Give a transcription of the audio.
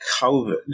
COVID